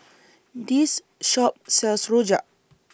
This Shop sells Rojak